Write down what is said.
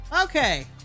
Okay